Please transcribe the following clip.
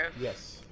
Yes